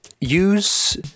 use